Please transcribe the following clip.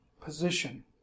position